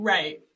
Right